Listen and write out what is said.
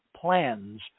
plans